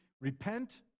repent